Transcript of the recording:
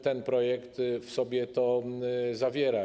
Ten projekt w sobie to zawiera.